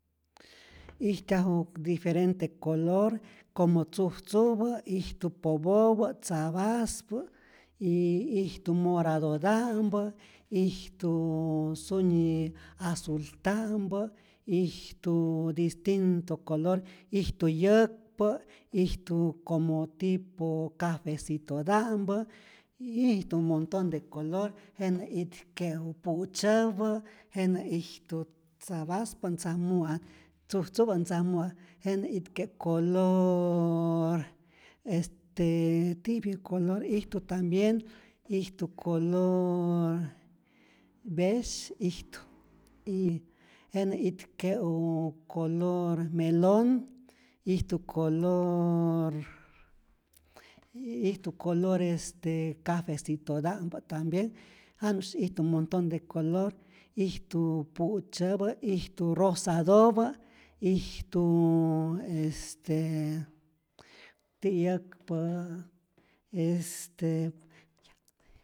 Ijtyaju diferente color como tzujtzupä, ijtu popopä, tzapaspä, y ijtu moratota'mpä, ijtu sunyi azulta'mpä, ijtu distinto color, ijtu yäkpä, ijtu como tipo cafecitota'mpä, ijtu monton de color, jenä itke'u pu'tzyäpä, jenä ijtu tzapaspä ntzamu'at, tzujtzupä ntzamu'at, jenä itke' colooor este tipyä color ijtu tambien ijtu coloor besh ijtu y jenä itke'u color melon, ijtu colooor ijtu color este cafecitota'mpä tambien, janusy ijtu monton de color, ijtu pu'tzyäpä, ijtu rosatopä, ijtu estee ti'yäkpa estee.